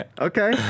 Okay